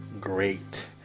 great